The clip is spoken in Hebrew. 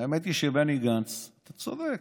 האמת היא שבני גנץ, אתה צודק.